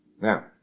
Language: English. Now